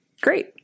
Great